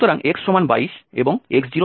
সুতরাং x22 এবং x020